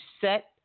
set